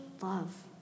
love